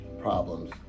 problems